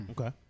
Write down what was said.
Okay